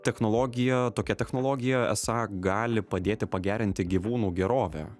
technologija tokia technologija esą gali padėti pagerinti gyvūnų gerovę